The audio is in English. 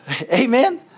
Amen